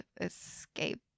escape